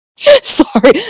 Sorry